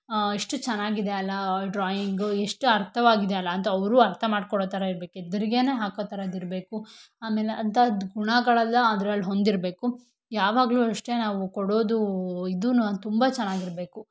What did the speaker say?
ಎಷ್ಟು ಚೆನ್ನಾಗಿದೆ ಅಲ್ಲಾ ಡ್ರಾಯಿಂಗು ಎಷ್ಟು ಅರ್ಥವಾಗಿದೆ ಅಲ್ಲಾ ಅಂತ ಅವರೂ ಅರ್ಥ ಮಾಡ್ಕೊಳ್ಳೋ ಥರ ಇರಬೇಕು ಎದ್ರಿಗೇ ಹಾಕೋ ಥರದ್ದು ಇರಬೇಕು ಆಮೇಲೆ ಅಂಥದ್ದು ಗುಣಗಳೆಲ್ಲ ಅದ್ರಲ್ಲಿ ಹೊಂದಿರಬೇಕು ಯಾವಾಗಲೂ ಅಷ್ಟೆ ನಾವು ಕೊಡೋದು ಇದನ್ನ ತುಂಬ ಚೆನ್ನಾಗಿರ್ಬೇಕು